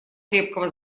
крепкого